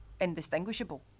indistinguishable